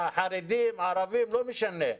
חרדים, ערבים, לא משנה,